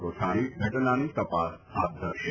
કોઠારી ઘટનાની તપાસ હાથ ધરશે